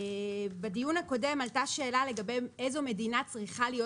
בדיון הקודם עלתה השאלה לגבי איזו מדינה צריכה להיות